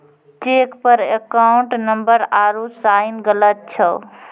cheque पर account number आरू sign गलत छौ